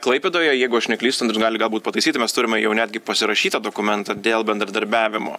klaipėdoje jeigu aš neklystu andrius gali galbūt pataisyti mes turime jau netgi pasirašytą dokumentą dėl bendradarbiavimo